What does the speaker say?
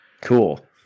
Cool